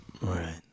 Right